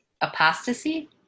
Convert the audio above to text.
apostasy